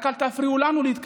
רק אל תפריעו לנו להתקדם.